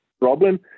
problem